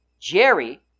Jerry